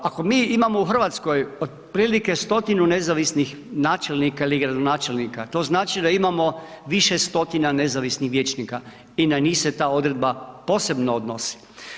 Ako mi imamo u RH otprilike stotinu nezavisnih načelnika ili gradonačelnika, to znači da imamo više stotina nezavisnih vijećnika i na njih se ta odredba posebno odnosi.